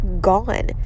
gone